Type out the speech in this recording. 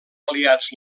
aliats